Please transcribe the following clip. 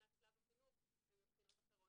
מבחינת שלב החינוך ומבחינות אחרות,